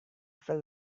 felt